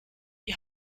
die